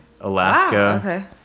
Alaska